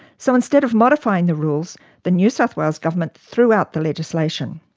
so instead of modifying the rules the new south wales government threw out the legislation.